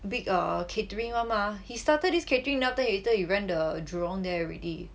big err catering [one] mah he started this catering then after that later he went the jurong there already